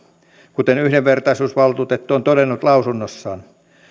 kuten yhdenvertaisuusvaltuutettu on todennut lausunnossaan